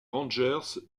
rangers